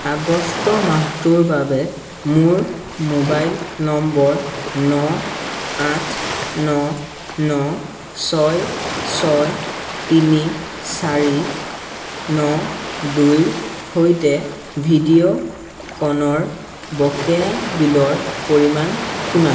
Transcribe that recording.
আগষ্ট মাহটোৰ বাবে মোৰ মোবাইল নম্বৰ ন আঠ ন ন ছয় ছয় তিনি চাৰি ন দুইৰ সৈতে ভিডিঅ'ক'নৰ বকেয়া বিলৰ পৰিমাণ কিমান